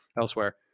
elsewhere